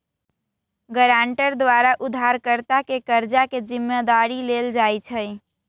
guarantor द्वारा उधारकर्ता के कर्जा के जिम्मदारी लेल जाइ छइ